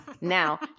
now